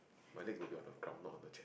my legs will be on the ground not on the chair